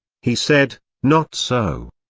he said, not so!